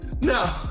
No